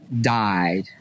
died